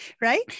right